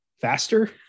faster